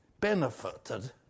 benefited